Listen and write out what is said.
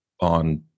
on